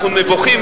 אנחנו נבוכים.